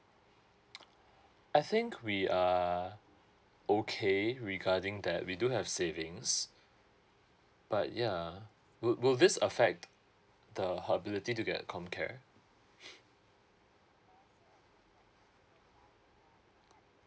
I think we are okay regarding that we do have savings but ya will will this affect the her ability to get comcare